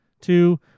two